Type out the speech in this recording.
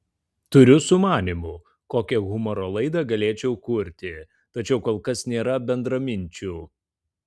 turiu sumanymų kokią humoro laidą galėčiau kurti tačiau kol kas nėra bendraminčių